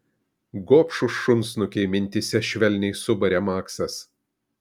gobšūs šunsnukiai mintyse švelniai subarė maksas